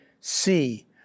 see